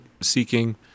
seeking